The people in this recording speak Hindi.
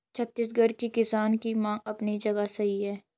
छत्तीसगढ़ के किसान की मांग अपनी जगह सही है